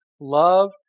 love